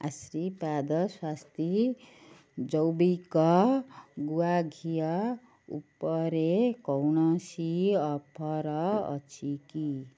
ଆଶୀର୍ବାଦ ସ୍ଵସ୍ତି ଜୈବିକ ଗୁଆ ଘିଅ ଉପରେ କୌଣସି ଅଫର୍ ଅଛି କି